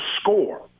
score